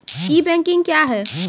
ई banking क्या हैं?